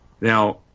Now